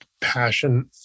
passion